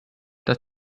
dass